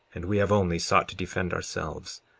and we have only sought to defend ourselves.